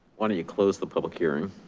why don't you close the public hearing?